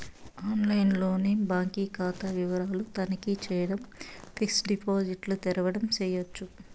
ఆన్లైన్లోనే బాంకీ కాతా వివరాలు తనఖీ చేయడం, ఫిక్సిడ్ డిపాజిట్ల తెరవడం చేయచ్చు